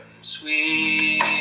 Sweet